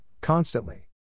constantly